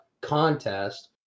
contest